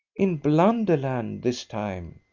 in blunderland this time.